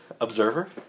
Observer